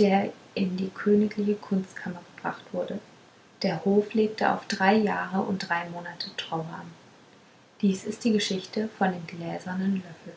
der in die königliche kunstkammer gebracht wurde der hof legte auf drei jahre und drei monate trauer an dies ist die geschichte von dem gläsernen löffel